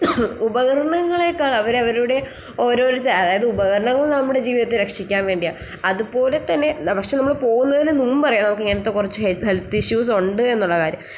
ഉപകരണങ്ങളേക്കാൾ അവരവരുടെ ഓരോരുത്ത അതായത് ഉപകരണങ്ങൾ നമ്മുടെ ജീവിതത്തെ രക്ഷിക്കാൻ വേണ്ടിയാൽ അതുപോലെ തന്നെ പക്ഷെ നമ്മൾ പോകുന്നതിനു മുൻപറിയാം നമുക്ക് ഹെൽത്ത് കുറച്ച് ഹെൽത്ത് ഹെൽത്ത് ഇഷ്യൂസ് ഉണ്ട് എന്നുള്ള കാര്യം